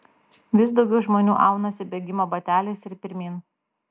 vis daugiau žmonių aunasi bėgimo bateliais ir pirmyn